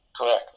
Correct